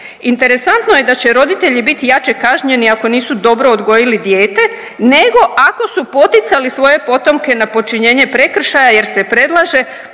Interesantno je da će roditelji biti jače kažnjeni ako nisu dobro odgojili dijete, nego ako su poticali svoje potomke na počinjenje prekršaja jer se predlaže